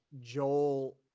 Joel